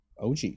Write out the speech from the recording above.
OG